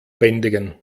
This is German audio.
bändigen